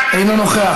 אינו נוכח,